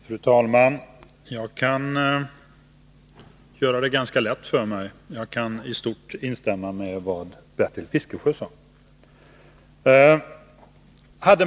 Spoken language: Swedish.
Fru talman! Jag kan göra det ganska lätt för mig genom att i stort instämma med vad Bertil Fiskesjö sade.